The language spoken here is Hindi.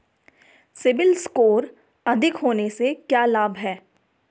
सीबिल स्कोर अधिक होने से क्या लाभ हैं?